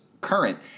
current